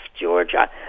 Georgia